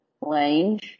Lange